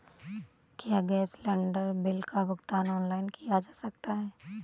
क्या gas cylinder bill का भुगतान ऑनलाइन किया जा सकता है?